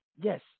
Yes